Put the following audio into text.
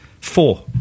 Four